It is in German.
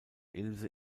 ilse